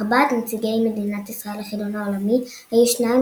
ארבעת נציגי מדינת ישראל לחידון העולמי היו שניים